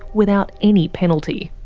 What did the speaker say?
without any penalty.